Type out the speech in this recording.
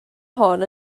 hon